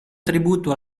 tributo